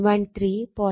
015 113